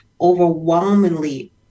overwhelmingly